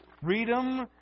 freedom